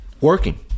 working